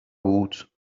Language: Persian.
بود